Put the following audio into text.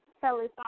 Kelly